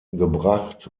gebracht